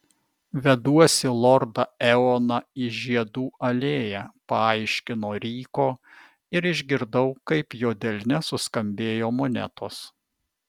veduosi lordą eoną į žiedų alėją paaiškino ryko ir išgirdau kaip jo delne suskambėjo monetos